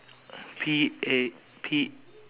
but his basket on the left hand side